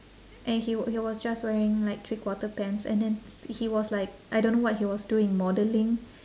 and he w~ he was just wearing like three quarter pants and then he was like I don't know what he was doing modelling